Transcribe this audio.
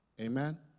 Amen